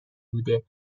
بوده